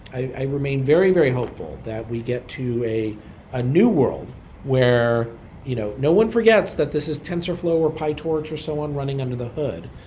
i remain very, very hopeful that we get to a ah new world where you know no one forgets that this is tensorflow or pytorch or so on running under the hood.